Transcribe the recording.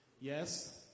Yes